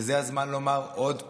וזה הזמן לומר עוד פעם: